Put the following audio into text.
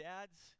Dads